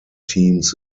teams